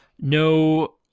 no